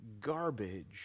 garbage